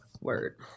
Word